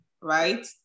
right